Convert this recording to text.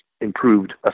improved